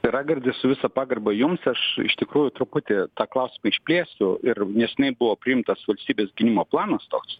tai raigardai su visa pagarba jums aš iš tikrųjų truputį tą klausimą išplėsiu ir neseniai buvo priimtas valstybės gynimo planas toks